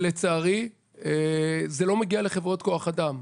לצערי, זה לא מגיע לחברות כוח האדם.